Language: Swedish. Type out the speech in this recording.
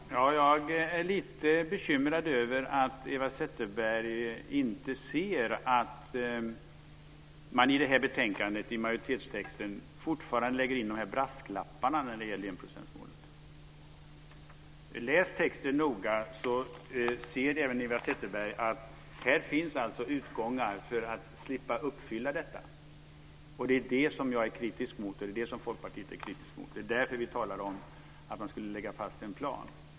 Herr talman! Jag är lite bekymrad över att Eva Zetterberg inte ser att man i majoritetstexten i det här betänkandet fortfarande lägger in de här brasklapparna när det gäller enprocentsmålet. Om Eva Zetterberg läser texten noga ser även hon att det finns utgångar för att man ska slippa uppfylla detta. Det är det som jag är kritisk mot, och det är det som Folkpartiet är kritiskt mot. Det är därför som vi talar om att man skulle lägga fast en plan.